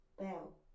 Bell